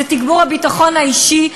זה תגבור הביטחון האישי.